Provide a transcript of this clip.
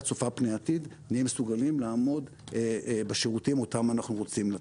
צופת פני עתיד נהיה מסוגלים לעמוד בשירותים אותם אנחנו רוצים לתת.